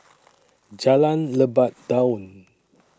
Jalan Lebat Daun